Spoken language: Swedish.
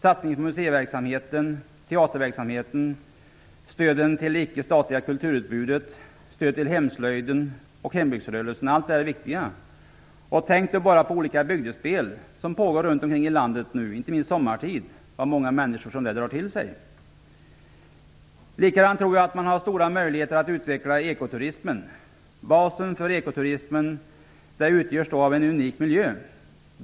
Satsningen på museiverksamheten och teaterverksamheten, stöden till det icke statliga kulturutbudet samt till hemslöjden och hembygdsrörelsen är viktiga. Tänk bara på alla olika bygdespel som pågår runt om i landet, inte minst sommartid, och hur många människor de drar till sig. På samma sätt tror jag att man har stora möjligheter att utveckla ekoturismen. Basen för ekoturismen utgörs av en unik miljö.